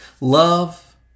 Love